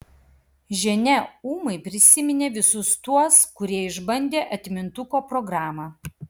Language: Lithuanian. ženia ūmai prisiminė visus tuos kurie išbandė atmintuko programą